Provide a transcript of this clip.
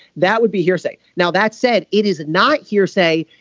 that would be hearsay. now that said it is not hearsay.